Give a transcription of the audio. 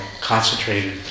concentrated